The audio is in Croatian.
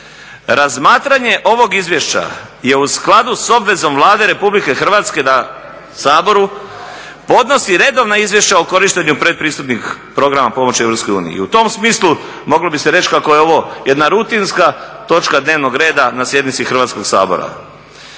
Razmatranje ovog izvješća je u skladu s obvezom Vlade RH da Saboru podnosi redovna izvješća o korištenju pretpristupnih programa pomoći EU. I u tom smislu moglo bi se reći kako je ovo jedna rutinska točka dnevnog reda na sjednici Hrvatskog sabora.